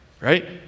right